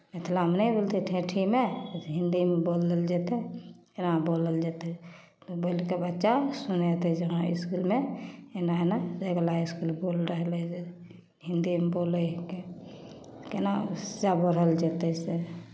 मिथिलामे नहि बोलतै ठेठीमे हिंदीमे बोलल जेतै एना बोलल जेतै बोलि कऽ बच्चा सुनेतै जे हँ इसकुलमे एना एना एहिवला इसकुल बोल रहलै जे हिंदीमे बोलयके केना से बोलल जेतै से